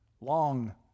long